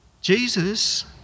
Jesus